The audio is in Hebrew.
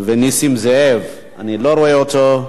נסים זאב, אני לא רואה אותו.